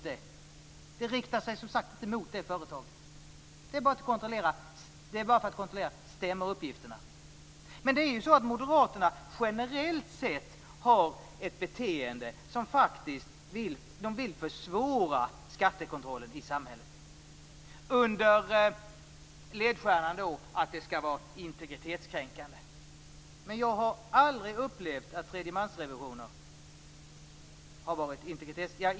Det riktar sig som sagt inte mot just det företaget. Det sker bara för att man skall kunna kontrollera om uppgifterna stämmer. Moderaterna har ett generellt beteende som tyder på att de faktiskt vill försvåra skattekontrollen i samhället, under ledstjärnan att kontrollen är integritetskränkande. Jag har aldrig upplevt att tredjemansrevisioner har varit integritetskränkande.